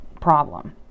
problem